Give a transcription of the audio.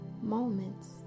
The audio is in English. moments